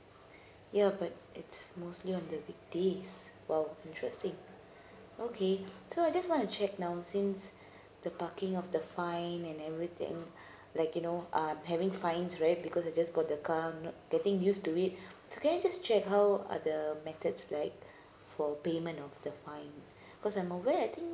ya but it's mostly on the weekdays !wow! interesting okay so I just want to check now since the parking of the fine and everything like you know I'm having fines because I just bought the car I'm not getting used to it so can I just check how are the methods like for payment of the fine cause I'm aware I think